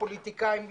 הפוליטיקאים,